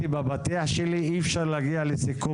בפתיח שלי אמרתי שבעניינים כאלה אי אפשר להגיע לסיכום